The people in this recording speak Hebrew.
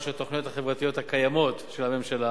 של התוכניות החברתיות הקיימות של הממשלה.